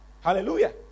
Hallelujah